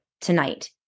tonight